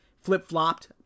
flip-flopped